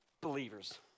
believers